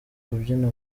kubyina